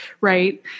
right